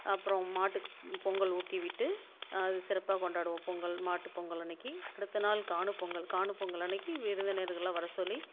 அப்புறம் மாட்டுக்கு பொங்கல் ஊட்டி விட்டு அது சிறப்பாக கொண்டாடுவோம் பொங்கல் மாட்டுப்பொங்கல் அன்னக்கு அடுத்த நாள் காணுப்பொங்கல் காணுப்பொங்கல் அன்னக்கு விருந்தினர்கள் எல்லாம் வர சொல்லி